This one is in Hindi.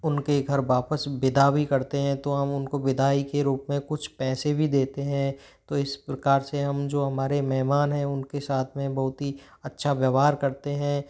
उनके घर वापस विदा भी करते हैं तो हम उनको विदाई के रूप में कुछ पैसे भी देते हैं तो इस प्रकार से हम जो हमारे मेहमान हैं उनके साथ में बहुत ही अच्छा व्यवहार करते हैं